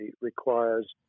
requires